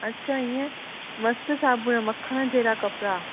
अच्छा इय मस्त साबुण मखण जहिड़ा कपड़ा